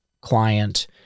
client